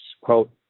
quote